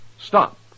stop